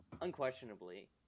unquestionably